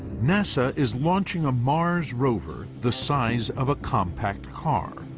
nasa is launching a mars rover, the size of a compact car,